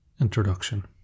introduction